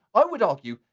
i would argue,